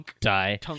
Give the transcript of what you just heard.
die